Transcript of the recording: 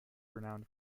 renowned